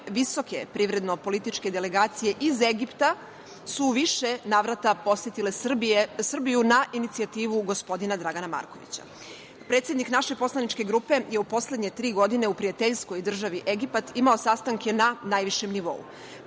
visoke privredno političke delegacije iz Egipta su u više navrate posetile Srbiju na inicijativu gospodina Dragana Markovića. Predsednik naše poslaničke grupe je u poslednje tri godine u prijateljskoj državi Egipat imao sastanke na najvišem nivou.